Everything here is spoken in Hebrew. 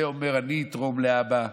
זה אומר: אני אתרום לאבא,